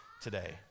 today